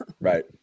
right